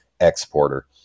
exporter